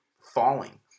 falling